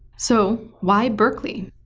so why berkeley?